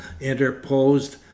interposed